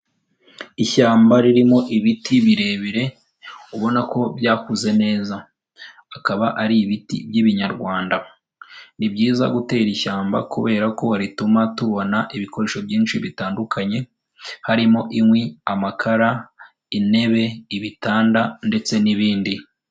Ishyamba ririmo ibiti birebire ubona ko byakuze neza, akaba ari ibiti by'ibinyarwanda, ni byiza gutera ishyamba kubera ko rituma tubona ibikoresho byinshi bitandukanye harimo inkwi, amakara, intebe, ibitanda ndetse n'ibindi.